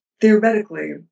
theoretically